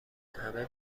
همه